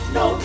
no